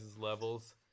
levels